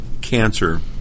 cancer